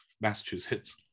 Massachusetts